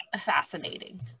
fascinating